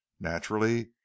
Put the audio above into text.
naturally